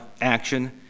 action